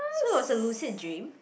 so it was a lucid dream